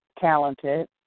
talented